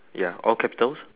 ya all capitals